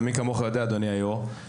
ומי כמוך יודע אדוני היושב ראש,